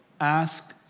ask